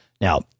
Now